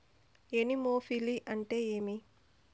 Anemophily అంటే ఏంటి?